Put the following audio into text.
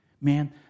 Man